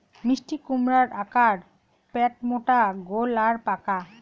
মিষ্টিকুমড়ার আকার প্যাটমোটা গোল আর পাকা